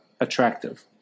attractive